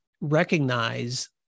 recognize